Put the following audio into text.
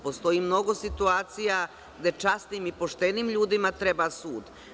Postoji mnogo situacija gde časnim i poštenim ljudima treba sud.